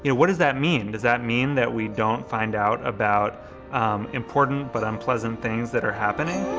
you know what does that mean? does that mean that we don't find out about important but unpleasant things that are happening?